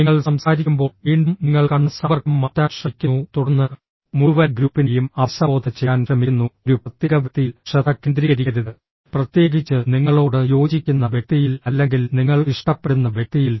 നിങ്ങൾ സംസാരിക്കുമ്പോൾ വീണ്ടും നിങ്ങൾ കണ്ണ് സമ്പർക്കം മാറ്റാൻ ശ്രമിക്കുന്നു തുടർന്ന് മുഴുവൻ ഗ്രൂപ്പിനെയും അഭിസംബോധന ചെയ്യാൻ ശ്രമിക്കുന്നു ഒരു പ്രത്യേക വ്യക്തിയിൽ ശ്രദ്ധ കേന്ദ്രീകരിക്കരുത് പ്രത്യേകിച്ച് നിങ്ങളോട് യോജിക്കുന്ന വ്യക്തിയിൽ അല്ലെങ്കിൽ നിങ്ങൾ ഇഷ്ടപ്പെടുന്ന വ്യക്തിയിൽ